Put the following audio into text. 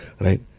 Right